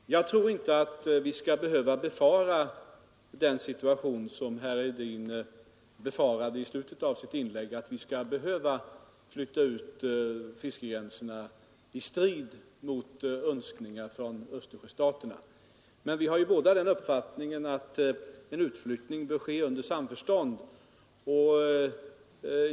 Herr talman! Jag tror inte det finns anledning att befara den situation som herr Hedin nämnde i slutet av sitt inlägg, att vi skall behöva flytta ut fiskegränserna i strid mot önskningar från de andra Östersjöländerna. Vi har ju båda den uppfattningen att en utflyttning bör ske i samförstånd.